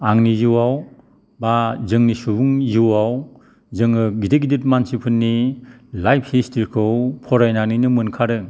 आं नि जिउआव बा जोंनि सुबुंनि जिउआव जोङो गिदिर गिदिर मानसिफोरनि लाइफ हिसथ्रिखौ फरायनानैनो मोनखादों